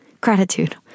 gratitude